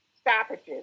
stoppages